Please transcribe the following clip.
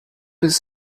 his